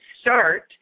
start